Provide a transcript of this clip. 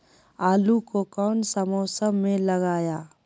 आलू को कौन सा मौसम में लगाए?